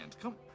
Come